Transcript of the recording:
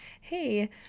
hey